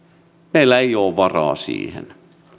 meillä ei ole varaa siihen